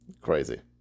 Crazy